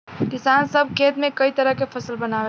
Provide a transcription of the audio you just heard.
किसान सभ एक खेत में कई तरह के फसल बोवलन